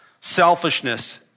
selfishness